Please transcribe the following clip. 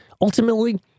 ultimately